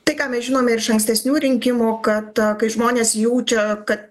tai ką mes žinome iš ankstesnių rinkimų kad kai žmonės jaučia ka